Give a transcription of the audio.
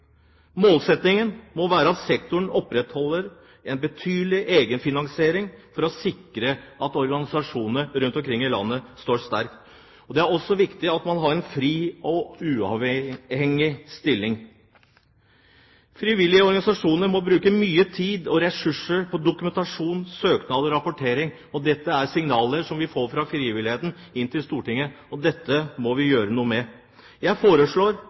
Målsettingen må være at sektoren opprettholder en betydelig egenfinansiering for å sikre at organisasjonene rundt omkring i landet står sterkt. Det er også viktig at de har en fri og uavhengig stilling. Frivillige organisasjoner må bruke mye tid og ressurser på dokumentasjon, søknader og rapportering. Det er signaler som vi får fra frivilligheten inn til Stortinget, og dette må vi gjøre noe med. Jeg